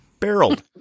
Barreled